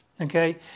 Okay